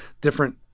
different